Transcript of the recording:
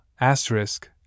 asterisk